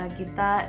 kita